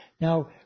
Now